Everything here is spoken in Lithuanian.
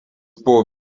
buvo